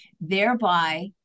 thereby